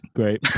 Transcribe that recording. Great